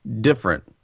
different